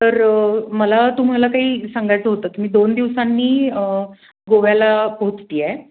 तर मला तुम्हाला काही सांगायचं होतं की मी दोन दिवसांनी गोव्याला पोचत आहे